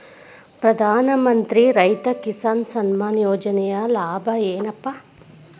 ಪ್ರಧಾನಮಂತ್ರಿ ರೈತ ಕಿಸಾನ್ ಸಮ್ಮಾನ ಯೋಜನೆಯ ಲಾಭ ಏನಪಾ?